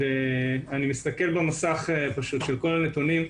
אני מסתכל במסך של כל הנתונים.